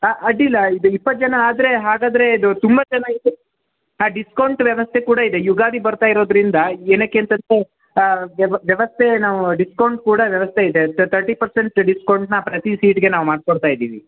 ಆಂ ಅಡ್ಡಿಲ್ಲ ಇದು ಇಪ್ಪತ್ತು ಜನ ಆದರೆ ಹಾಗಾದರೆ ಇದು ತುಂಬ ಜನ ಇದ್ದರು ಹಾಂ ಡಿಸ್ಕೌಂಟ್ ವ್ಯವಸ್ಥೆ ಕೂಡ ಇದೆ ಯುಗಾದಿ ಬರ್ತಾ ಇರೋದರಿಂದ ಏನಕ್ಕೆ ಅಂತಂದರೆ ವ್ಯವ ವ್ಯವಸ್ಥೆ ನಾವು ಡಿಸ್ಕೌಂಟ್ ಕೂಡ ವ್ಯವಸ್ಥೆ ಇದೆ ತರ್ಟಿ ಪರ್ಸೆಂಟ್ ಡಿಸ್ಕೌಂಟನ್ನ ಪ್ರತಿ ಸೀಟಿಗೆ ನಾವು ಮಾಡಿ ಕೊಡ್ತಾ ಇದ್ದೀವಿ